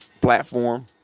platform